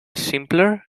simpler